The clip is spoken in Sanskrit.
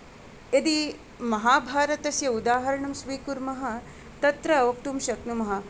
यदि महाभारतस्य उदाहरणं स्वीकुर्मः तत्र वक्तुं शक्नुमः